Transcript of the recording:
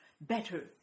better